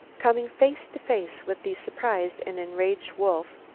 coming face to face with the surprised and enraged wolf,